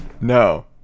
No